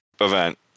event